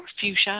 fuchsia